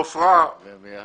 בעופרה, לא משנה.